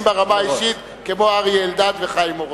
ברמה האישית כמו אריה אלדד וחיים אורון.